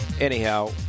Anyhow